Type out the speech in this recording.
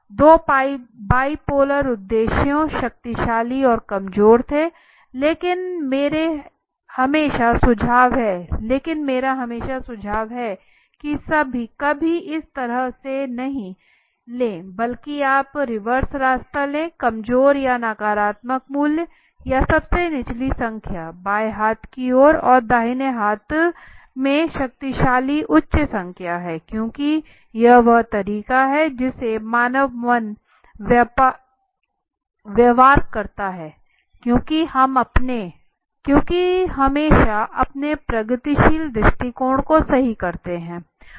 दो बाइपोलर उद्देश्यों शक्तिशाली और कमजोर थे लेकिन मेरा हमेशा सुझाव है कि कभी इस तरह से नहीं ले बल्कि आप रिवर्स रास्ता ले कमजोर या नकारात्मक मूल्य या सबसे निचली संख्या बाएं हाथ की ओर और दाहिने हाथ में शक्तिशाली उच्च संख्या है क्योंकि यह वह तरीका है जिससे मानव मन व्यवहार करता है क्योंकि हम हमेशा अपने प्रगतिशील दृष्टिकोण को सही करते हैं